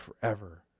forever